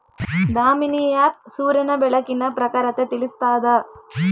Damini app ಸೂರ್ಯನ ಬೆಳಕಿನ ಪ್ರಖರತೆ ತಿಳಿಸ್ತಾದ